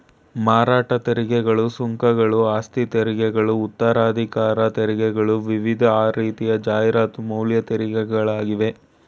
ಮಾರಾಟ ತೆರಿಗೆಗಳು, ಸುಂಕಗಳು, ಆಸ್ತಿತೆರಿಗೆಗಳು ಉತ್ತರಾಧಿಕಾರ ತೆರಿಗೆಗಳು ವಿವಿಧ ರೀತಿಯ ಜಾಹೀರಾತು ಮೌಲ್ಯ ತೆರಿಗೆಗಳಾಗಿವೆ